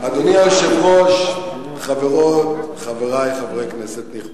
אדוני היושב-ראש, חברות וחברי, חברי כנסת נכבדים,